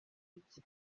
intege